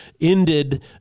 ended